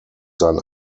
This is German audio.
sein